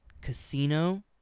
Casino